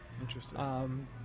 Interesting